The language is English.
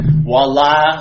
Voila